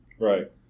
Right